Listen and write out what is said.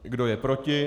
Kdo je proti?